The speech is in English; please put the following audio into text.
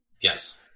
Yes